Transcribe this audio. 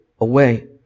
away